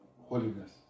holiness